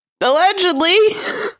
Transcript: Allegedly